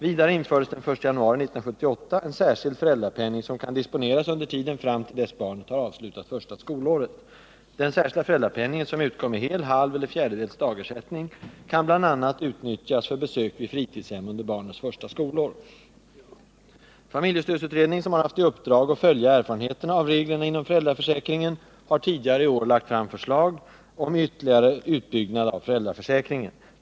Vidare infördes den 1 januari 1978 en särskild föräldrapenning som kan disponeras under tiden fram till dess barnet har avslutat första skolåret. Den särskilda föräldrapenningen, som utgår med hel, halv eller fjärdedels dagersättning, kan bl.a. utnyttjas för besök vid fritidshem under barnets första skolår. Familjestödsutredningen, som har haft i uppdrag att följa erfarenheterna av reglerna inom föräldraförsäkringen, har tidigare i år lagt fram förslag till ytterligare utbyggnad av försäkringen.